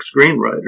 screenwriter